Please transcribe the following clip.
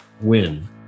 WIN